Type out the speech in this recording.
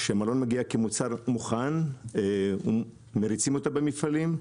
כשהמעלון מגיע כמוצר מוכן, מריצים אותו במפעלים,